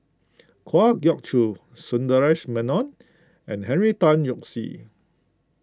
Kwa Geok Choo Sundaresh Menon and Henry Tan Yoke See